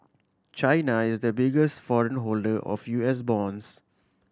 China is the biggest foreign holder of U S bonds